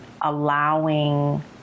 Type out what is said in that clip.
allowing